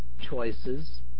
choices